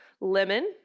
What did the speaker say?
lemon